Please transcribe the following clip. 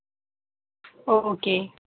okay